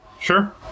Sure